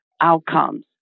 outcomes